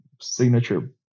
signature